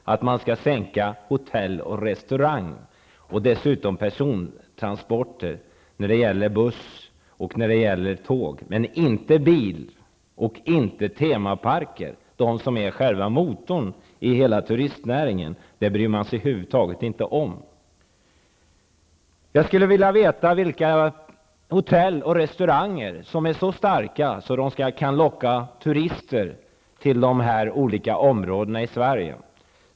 Man skall sänka momsen för hotell och restauranger och dessutom för persontransporter när det gäller buss och tåg men inte för bil, och man skall inte heller sänka momsen för temaparker. Man bryr sig över huvud taget inte om det som är själva motorn i hela turistnäringen. Jag skulle vilja veta vilka hotell och restauranger som är så starka att de kan locka turister till olika områden i Sverige.